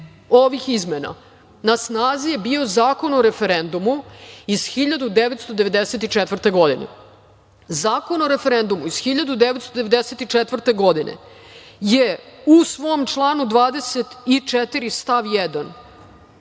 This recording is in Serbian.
ovih izmena na snazi je bio Zakon o referendumu iz 1994. godine. Zakon o referendumu iz 1994. godine je u svom članu 24. stav 1.